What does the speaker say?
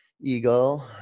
eagle